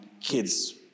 kids